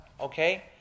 okay